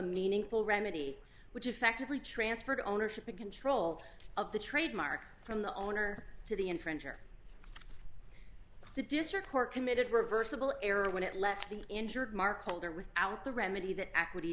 meaningful remedy which effectively transferred ownership and control of the trademark from the owner to the infringer the district court committed reversible error when it left the injured mark holder without the remedy that